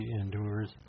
endures